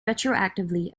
retroactively